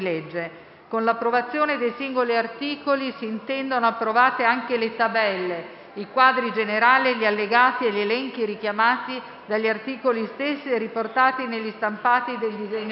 Con l'approvazione dei singoli articoli si intendono approvate anche le tabelle, i quadri generali, gli allegati e gli elenchi richiamati dagli articoli stessi e riportati negli stampati del disegno di legge.